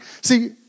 See